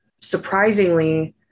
surprisingly